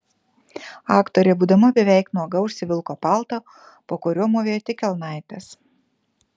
aktorė būdama beveik nuoga užsivilko paltą po kuriuo mūvėjo tik kelnaites